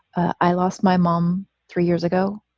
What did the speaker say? i lost my mom three years ago.